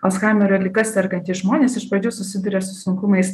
alzhaimerio liga sergantys žmonės iš pradžių susiduria su sunkumais